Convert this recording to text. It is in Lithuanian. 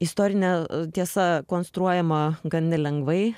istorinė tiesa konstruojama gan nelengvai